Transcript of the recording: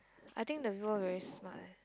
I think the people very smart eh